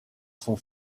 son